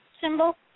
symbol